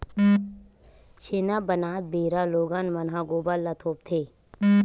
छेना बनात बेरा लोगन मन ह गोबर ल थोपथे